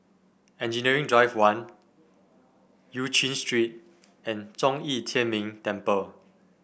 Engineering Drive One Eu Chin Street and Zhong Yi Tian Ming Temple